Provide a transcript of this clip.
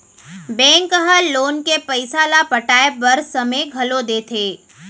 bank ह loan के पइसा ल पटाए बर समे घलो देथे